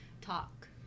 talk